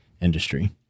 industry